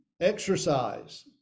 exercise